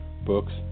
books